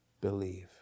believe